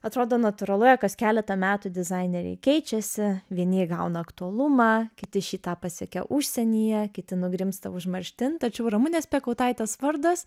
atrodo natūralu jog kas keletą metų dizaineriai keičiasi vieni įgauna aktualumą kiti šį tą pasiekia užsienyje kiti nugrimzta užmarštin tačiau ramunės piekautaitės vardas